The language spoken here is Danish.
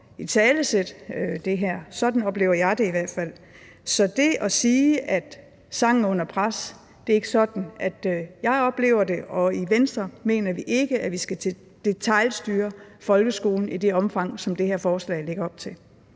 det her – sådan oplever jeg det i hvert fald. Så det, at sangen skulle være under pres, er ikke sådan, jeg oplever det, og i Venstre mener vi ikke, at vi skal detailstyre folkeskolen i det omfang, som det her forslag lægger op til.